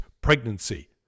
pregnancy